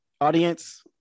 Audience